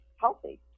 healthy